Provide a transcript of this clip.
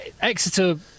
Exeter